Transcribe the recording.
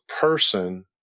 person